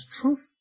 truth